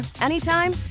anytime